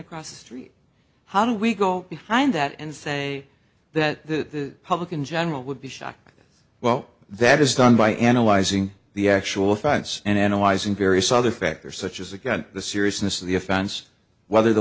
across the street how do we go behind that and say that the public in general would be shocked well that is done by analyzing the actual facts and analyzing various other factors such as a gun the seriousness of the offense whether the